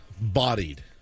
bodied